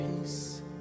peace